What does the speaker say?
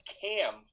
Cam